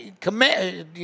command